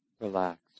relaxed